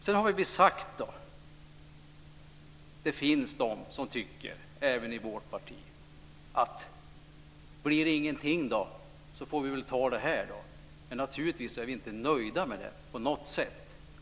Sedan har vi sagt - det finns de som tycker så även i vårt parti - att blir det ingenting så får vi väl ta det här, då. Men naturligtvis är vi inte nöjda med det, på något sätt.